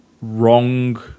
wrong